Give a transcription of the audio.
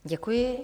Děkuji.